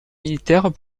militaires